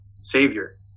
savior